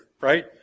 right